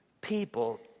people